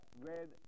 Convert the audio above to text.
red